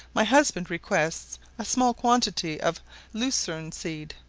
my husband requests a small quantity of lucerne-seed,